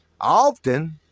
often